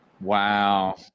Wow